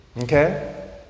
okay